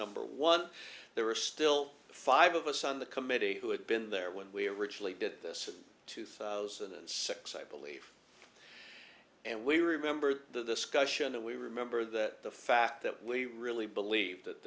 number one there were still five of us on the committee who had been there when we originally did this in two thousand and six i believe and we remember the scotian and we remember that the fact that we really believe that